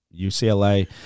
UCLA